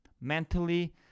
mentally